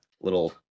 little